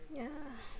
yeah